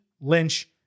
Lynch